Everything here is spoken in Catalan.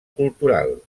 cultural